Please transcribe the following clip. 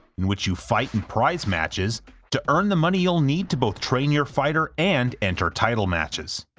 in which you fight in prize matches to earn the money you'll need to both train your fighter and enter title matches.